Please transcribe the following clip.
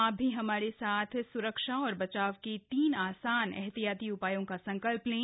आप भी हमारे साथ स्रक्षा और बचाव के तीन आसान एहतियाती उपायों का संकल्प लें